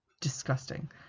Disgusting